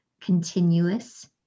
continuous